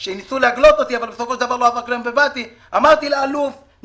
עזה מכיר ואומר לך שאשקלון סובלת לפעמים בסבבי הלחימה שאנחנו רואים גם